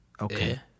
Okay